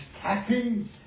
tapping